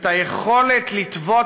את היכולת לטוות